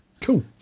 Cool